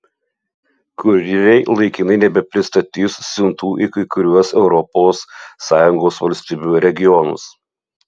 kurjeriai laikinai nebepristatys siuntų į kai kuriuos europos sąjungos valstybių regionus